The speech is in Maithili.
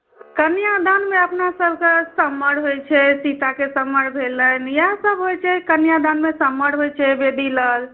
कन्यादानमे अपनासभके से सम्मरि होइत छै सीताके सम्मरि भेल इएहसभ होइत छै कन्यादानमे सम्मरि होइत छै वेदी लग